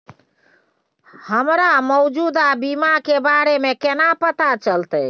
हमरा मौजूदा बीमा के बारे में केना पता चलते?